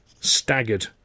staggered